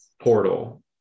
portal